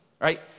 right